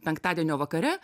penktadienio vakare